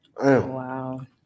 Wow